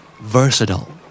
Versatile